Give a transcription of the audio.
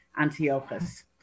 Antiochus